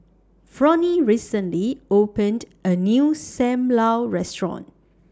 Fronie recently opened A New SAM Lau Restaurant